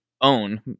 own